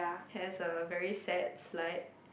has a very sad slide